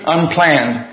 Unplanned